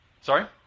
Sorry